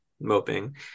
moping